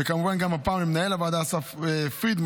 וכמובן גם הפעם למנהל הוועדה אסף פרידמן,